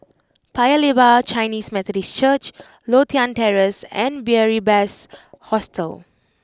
Paya Lebar Chinese Methodist Church Lothian Terrace and Beary Best Hostel